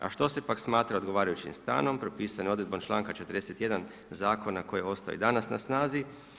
A što se pak smatra odgovarajućim stanom propisano je odredbom članka 41. zakona koji ostaje i danas na snazi.